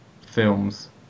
films